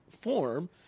form